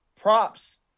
props